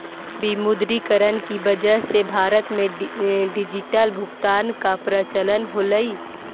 विमुद्रीकरण की वजह से भारत में डिजिटल भुगतान का प्रचलन होलई